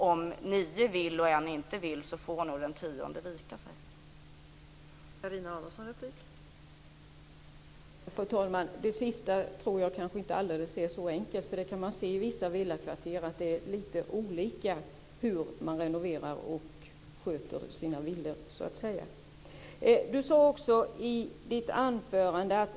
Om nio vill och en inte vill så får nog den tionde vika sig.